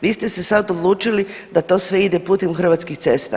Vi ste se sad odlučili da to sve ide putem Hrvatskih cesta.